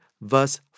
verse